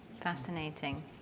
Fascinating